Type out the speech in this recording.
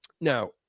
Now